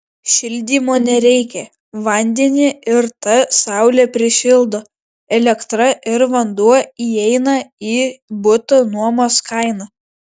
šildymo nereikia vandenį ir tą saulė prišildo elektra ir vanduo įeina į buto nuomos kainą